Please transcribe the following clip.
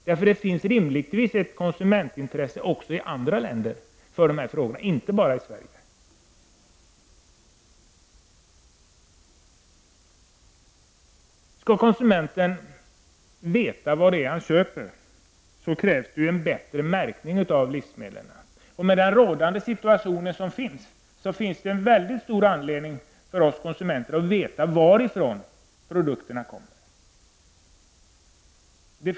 Det måste rimligtvis finnas ett konsumentintresse för dessa frågor också i andra länder. För att konsumenten skall få veta vad han köper krävs en bättre märkning av livsmedlen. I rådande situation finns det stor anledning för oss konsumenter att få veta varifrån produkterna kommer.